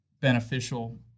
beneficial